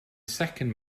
second